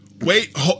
Wait